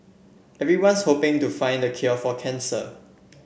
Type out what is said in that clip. everyone's hoping to find the cure for cancer